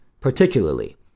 particularly